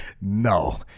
No